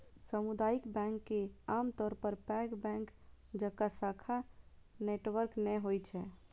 सामुदायिक बैंक के आमतौर पर पैघ बैंक जकां शाखा नेटवर्क नै होइ छै